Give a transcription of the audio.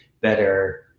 better